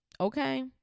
Okay